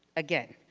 again,